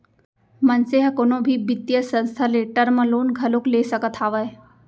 मनसे ह कोनो भी बित्तीय संस्था ले टर्म लोन घलोक ले सकत हावय